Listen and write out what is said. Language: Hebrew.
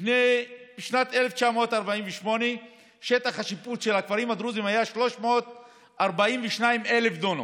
לפני שנת 1948 שטח השיפוט של הכפרים הדרוזיים היה 342,000 דונם.